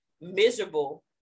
miserable